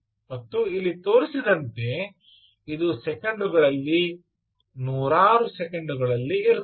ಮತ್ತು ಇಲ್ಲಿ ತೋರಿಸಿದಂತೆ ಇದು ಸೆಕೆಂಡುಗಳಲ್ಲಿ ನೂರಾರು ಸೆಕೆಂಡುಗಳಲ್ಲಿ ಇರುತ್ತದೆ